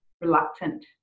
reluctant